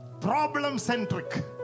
Problem-centric